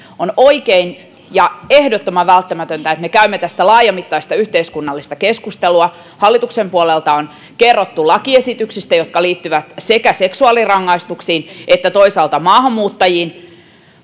on oikein ja ehdottoman välttämätöntä että me käymme tästä laajamittaista yhteiskunnallista keskustelua hallituksen puolelta on kerrottu lakiesityksistä jotka liittyvät sekä seksuaalirangaistuksiin että toisaalta maahanmuuttajiin